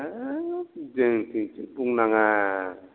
हाब जोंनिथिं बुंनाङा